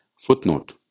Footnote